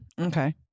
Okay